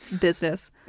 business